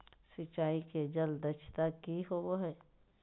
सिंचाई के जल दक्षता कि होवय हैय?